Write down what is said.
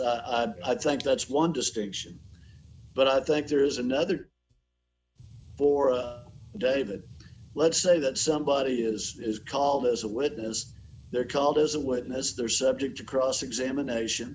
i think that's one distinction but i think there is another for a day that let's say that somebody is is called as a witness they're called as a witness they're subject to cross examination